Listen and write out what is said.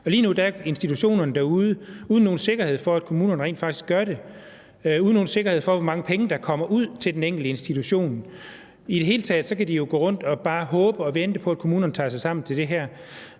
lige nu er institutionerne derude uden nogen sikkerhed for, at kommunerne rent faktisk gør det, og uden nogen sikkerhed for, hvor mange penge der kommer ud til den enkelte institution. I det hele taget kan de jo gå rundt og bare håbe og vente på, at kommunerne tager sig sammen til det her.